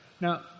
Now